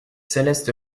céleste